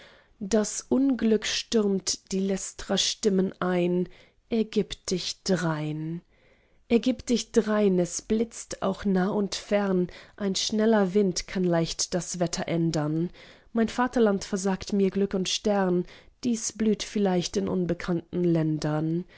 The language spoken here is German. das unglück stürmt die lästrer stimmen ein ergib dich drein ergib dich drein es blitz auch nah und fern ein schneller wind kann leicht das wetter ändern mein vaterland versagt mir glück und stern dies blüht vielleicht in unbekannten ländern